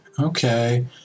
Okay